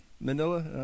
Manila